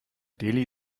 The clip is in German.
delhi